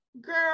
girl